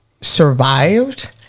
survived